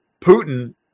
Putin